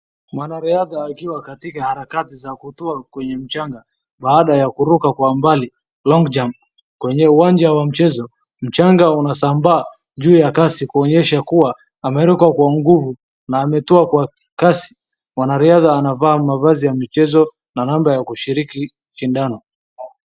Mwanariadha akiwa katika harakati za kutua kwenye mchanga, baada ya kuruka kwa mbali, long jump kwenye uwanja wa mchezo, mchanga unasambaa juu ya kasi kuonyesha kuwa ameruka kwa nguvu, na ametua kwa kasi. Mwanariadha anavaa mavazi ya michezo na namba ya kushiriki shindano.